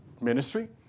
ministry